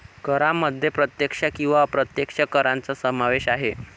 करांमध्ये प्रत्यक्ष किंवा अप्रत्यक्ष करांचा समावेश आहे